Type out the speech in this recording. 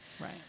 Right